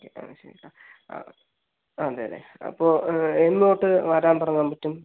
okay ആ ശരി ആ അതെ അതെ അപ്പോൾ എന്നുതൊട്ട് വരാൻ തുടങ്ങാൻ പറ്റും